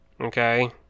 Okay